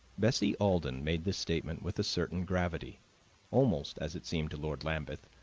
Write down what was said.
bessie alden made this statement with a certain gravity almost, as it seemed to lord lambeth,